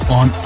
on